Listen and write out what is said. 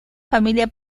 familia